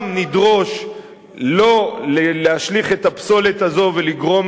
גם נדרוש שלא להשליך את הפסולת הזאת ולגרום